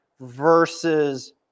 versus